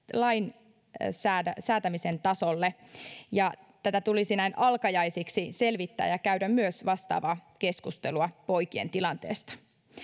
lain säätämisen tasolle ja tätä tulisi näin alkajaisiksi selvittää ja käydä myös vastaavaa keskustelua poikien tilanteesta